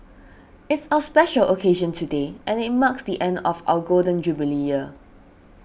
it's a special occasion today and it marks the end of our Golden Jubilee year